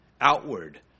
outward